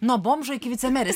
nuo bomžo iki vicemerės